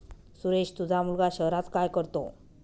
सुरेश तुझा मुलगा शहरात काय करतो